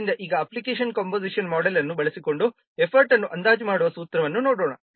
ಆದ್ದರಿಂದ ಈಗ application composition model ಅನ್ನು ಬಳಸಿಕೊಂಡು ಎಫರ್ಟ್ ಅನ್ನು ಅಂದಾಜು ಮಾಡುವ ಸೂತ್ರವನ್ನು ನೋಡೋಣ